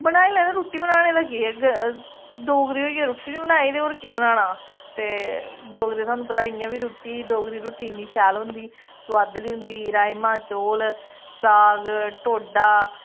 बनाई लैने रुट्टी बनाने दा केह् ऐ डोगरे होइयै रुट्टी नी बनाई ते होर केह् बनाना ते डोगरे तोआनू पता ऐ इ'यां बी रुट्टी डोगरी रुट्टी इन्नी शैल होंदी सोआदली होंदी राजमा चौल साग ढोडा